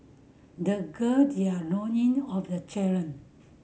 they gird their loin of the challenge